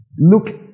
look